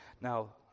Now